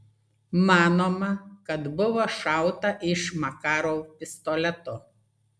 manoma kad buvo šauta iš makarov pistoleto